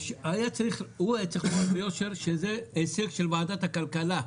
הוא היה צריך לומר ביושר שזה הישג של ועדת הכלכלה,